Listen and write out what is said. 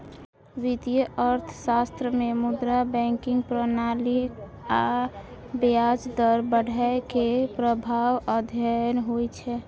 वित्तीय अर्थशास्त्र मे मुद्रा, बैंकिंग प्रणाली आ ब्याज दर बढ़ै के प्रभाव अध्ययन होइ छै